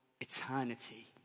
eternity